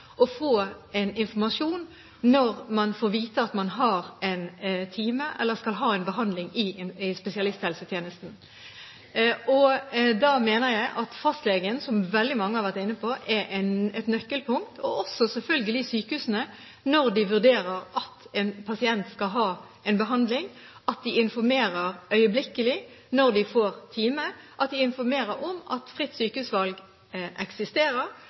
å få informasjon når man får vite at man har en time eller skal ha en behandling i spesialisthelsetjenesten. Da mener jeg at fastlegen – som veldig mange har vært inne på – er et nøkkelpunkt, og selvfølgelig også at sykehusene, når de vurderer at en pasient skal ha en behandling, må informere øyeblikkelig når pasienten får time, om at ordningen med fritt sykehusvalg eksisterer,